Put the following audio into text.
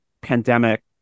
pandemic